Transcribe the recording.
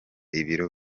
ibiro